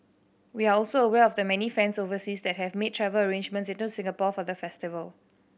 we are also aware of the many fans overseas that have made travel arrangements into Singapore for the festival